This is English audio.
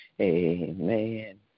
amen